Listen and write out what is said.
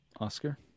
Oscar